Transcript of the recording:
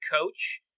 coach